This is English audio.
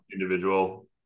individual